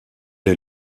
est